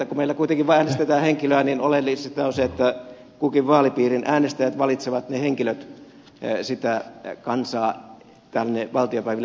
kun meillä kuitenkin äänestetään henkilöä niin oleellista on se että kunkin vaalipiirin äänestäjät valitsevat ne henkilöt sitä kansaa tänne valtiopäiville edustamaan